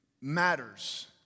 matters